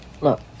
Look